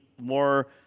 More